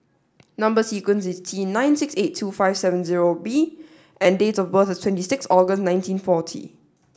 number sequence is T nine six eight two five seven zero B and date of birth is twenty sixth August nineteen forty